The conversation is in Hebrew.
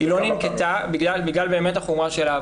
היא לא ננקטה בגלל באמת החומרה שלה.